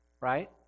Right